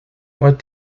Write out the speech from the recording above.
what